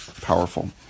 Powerful